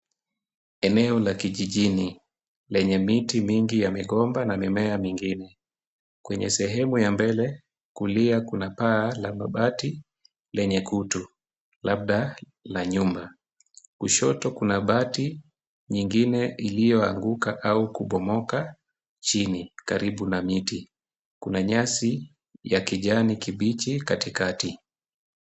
Eneo la kijijini lenye miti mingi ya migomba na mimea mingine. Kwenye sehemu ya mbele kulia kuna paa la mabati lenye kutu labda la nyumba. Kushoto kuna bati nyingine ilioanguka au kubomoka chini karibu na miti. Kuna nyasi ya kijani kibichi katikati.